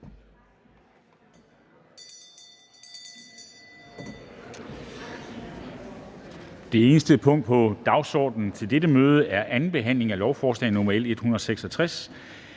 Det eneste punkt på dagsordenen er: 1) 2. behandling af lovforslag nr. L 166: